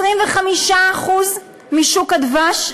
25% משוק הדבש,